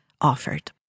offered